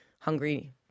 hungry –